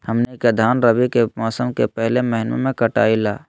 हमनी के धान रवि के मौसम के पहले महिनवा में कटाई ला